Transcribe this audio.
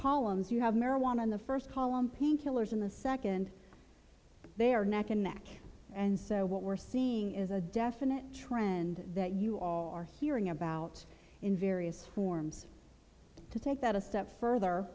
columns you have marijuana in the first column pain killers in the second they are neck and neck and so what we're seeing is a definite trend that you all are hearing about in various forms to take that a step further